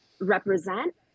represent